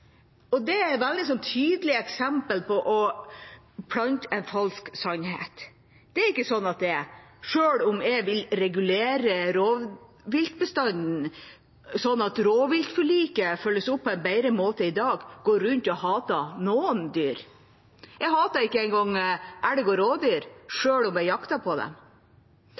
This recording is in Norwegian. Det er et veldig tydelig eksempel på det å plante en falsk sannhet. Det er ikke slik at jeg, selv om jeg vil regulere rovviltbestanden slik at rovviltforliket følges opp på en bedre måte enn i dag, går rundt og hater noen dyr. Jeg hater ikke engang elg og rådyr, selv om jeg jakter på dem.